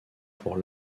pour